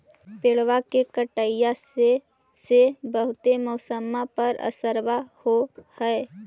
पेड़बा के कटईया से से बहुते मौसमा पर असरबा हो है?